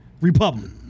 Republic